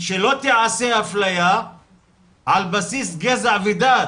שלא תיעשה אפליה על בסיס גזע ודת,